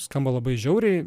skamba labai žiauriai